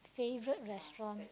favourite restaurant